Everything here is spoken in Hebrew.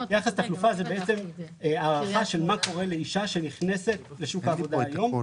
יחס תחלופה זה בעצם הערכה של מה קורה לאישה שנכנסת לשוק העבודה היום,